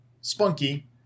spunky